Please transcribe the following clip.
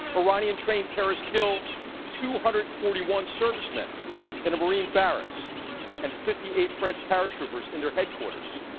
iranian trained terrorists kill two hundred and forty one servicemen in a marine barracks and fifty eight french paratroopers in their headquarters.